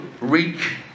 reach